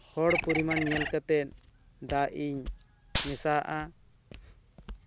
ᱦᱚᱲ ᱯᱚᱨᱤᱢᱟᱱ ᱧᱹᱮᱞ ᱠᱟᱛᱮ ᱫᱟᱜ ᱤᱧ ᱢᱮᱥᱟᱣᱟᱜᱼᱟ